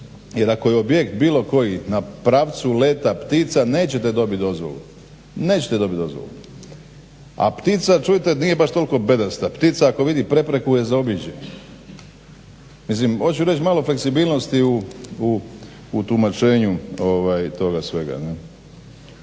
jer ako je objekt bilo koji na pravcu leta ptica nećete dobiti dozvolu. A ptica čujte nije baš toliko bedasta, ptica ako vidi prepreku je zaobiđe. Mislim hoću reći malo fleksibilnosti u tumačenju toga svega.